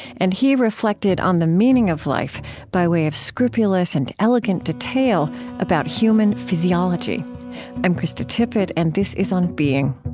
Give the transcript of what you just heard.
and he reflected on the meaning of life by way of scrupulous and elegant detail about human physiology i'm krista tippett, and this is on being